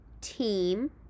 team